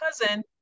cousin